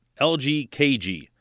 LGKG